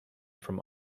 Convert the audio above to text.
from